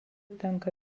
tenka